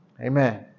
amen